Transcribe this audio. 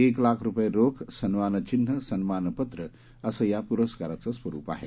एक लाख रूपये रोख सन्मानचिन्ह सन्मानपत्र असे या पुरस्काराचं स्वरूप आहे